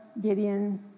Gideon